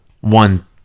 one